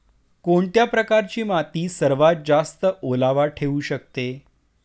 कोणत्या प्रकारची माती सर्वात जास्त ओलावा ठेवू शकते?